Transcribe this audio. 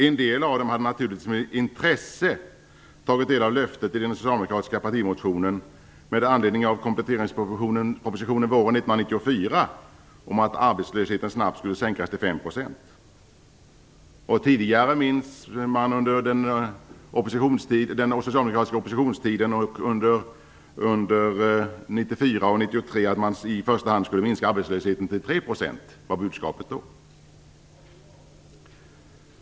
En del av dem hade naturligtvis med intresse tagit del av löftet i den socialdemokratiska partimotionen med anledning av kompletteringspropositionen våren 1994 om att arbetslösheten snabbt skulle sänkas till 5 %. Tidigare under oppositionstiden och under 1993 och 1994 lovade Socialdemokraterna att i första hand minska arbetslösheten till 3 %. Det var budskapet då.